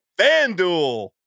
FanDuel